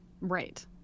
right